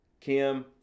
Kim